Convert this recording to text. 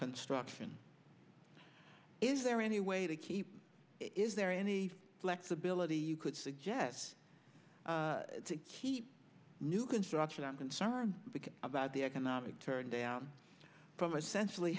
construction is there any way to keep is there any flexibility you could suggest to keep new construction i'm concerned about the economic turndown from essentially